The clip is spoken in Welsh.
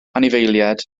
anifeiliaid